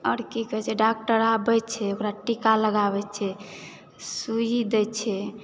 आओर की कहै छै डाक्टर आबै छै ओकरा टीका लगाबै छै सुई दै छै